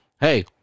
hey